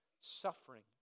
suffering